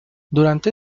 durante